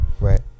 Right